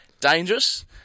Dangerous